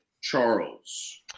Charles